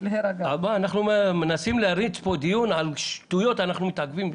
אנחנו מנסים להריץ פה דיון על שטויות ואנחנו מתעכבים.